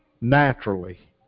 naturally